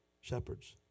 shepherds